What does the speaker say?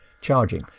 charging